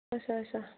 اَچھا اَچھا